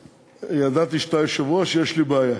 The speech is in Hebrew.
ידעתי שאתה היושב-ראש, יש לי בעיה,